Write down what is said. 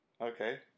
Okay